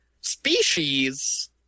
species